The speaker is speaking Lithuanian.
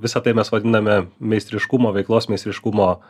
visa tai mes vadiname meistriškumo veiklos meistriškumo